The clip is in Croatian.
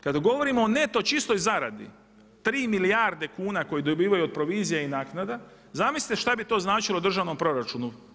Kada govorimo o neto čistoj zaradi tri milijarde kuna koje dobivaju od provizija i naknada, zamislite šta bi to značilo državnom proračunu?